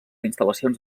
instal·lacions